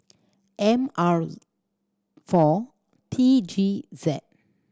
M R four T G Z